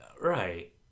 Right